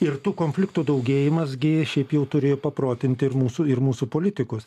ir tų konfliktų daugėjimas gi šiaip jau turėjo paprotinti ir mūsų ir mūsų politikus